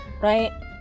right